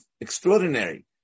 extraordinary